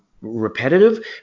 repetitive